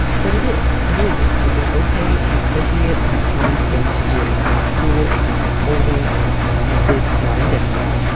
but it is it is it's it's an okay, an appropriate and a kind thing to do. it's not cruel. it's not withholding, it's not dismissive, it's not indifferent.